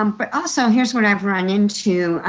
um but ah so here is what i have run into,